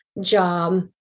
job